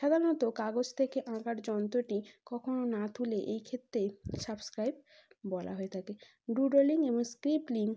সাধারণত কাগজ থেকে আঁকার যন্ত্রটি কখনো না তুলে এইক্ষেত্রে সাবস্ক্রাইব বলা হয়ে থাকে ডুডলিং এবং স্ক্রিপ্ট লিঙ্ক